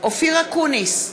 אופיר אקוניס,